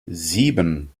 sieben